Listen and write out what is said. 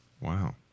Wow